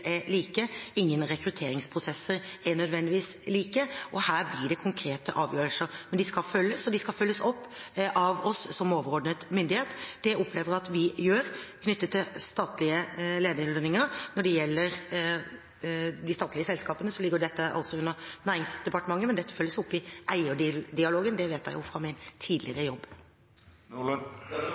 er like, ingen rekrutteringsprosesser er nødvendigvis like, så her blir det konkrete avgjørelser. Men retningslinjene skal følges, og de skal følges opp av oss som overordnet myndighet. Det opplever jeg at vi gjør knyttet til statlige lederlønninger. Når det gjelder de statlige selskapene, ligger dette under Næringsdepartementet, men dette følges opp i eierdialogen. Det vet jeg jo fra min tidligere jobb.